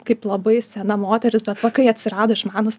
kaip labai sena moteris bet va kai atsirado išmanūs